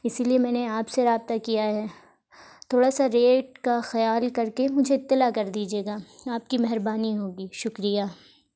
اسی لیے میں نے آپ سے رابطہ کیا ہے تھوڑا سا ریٹ کا خیال کر کے مجھے اطلاع کر دیجیے گا آپ کی مہربانی ہوگی شکریہ